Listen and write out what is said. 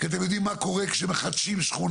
כי אתם יודעים מה קורה כשמחדשים שכונה,